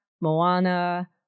Moana